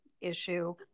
issue